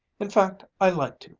in fact i like to,